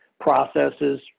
processes